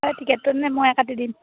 টিকেটটো তেনে ময়ে কাটি দিম